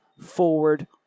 forward